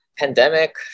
Pandemic